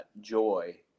joy